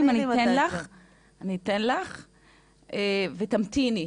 אני אתן לך, ותמתיני.